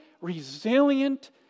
resilient